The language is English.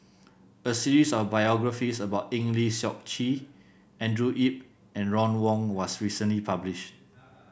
a series of biographies about Eng Lee Seok Chee Andrew Yip and Ron Wong was recently published